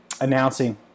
announcing